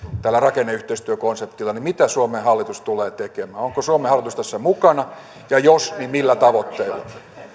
tällä rakenneyhteistyökonseptilla niin mitä suomen hallitus tulee tekemään onko suomen hallitus tässä mukana ja jos on niin millä tavoitteilla